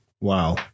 Wow